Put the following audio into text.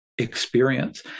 experience